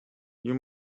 you